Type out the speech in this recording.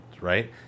right